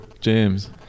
James